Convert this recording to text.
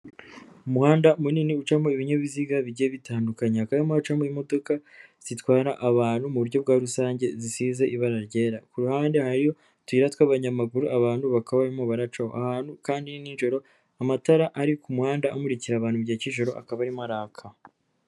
Umuhanda munini ucamo ibinyabiziga bigiye bitandukanya, hakaba hacamo imodoka zitwara abantu mu buryo bwa rusange zisize ibara ryera, kuruhande hari utuyira tw'abanyamaguru abantu bakaba barimo baracamo, ahantu kandi n'ijoro amatara ari kumuhanda amurikira abantu mu gihe cy'ijoro akaba arimo araka.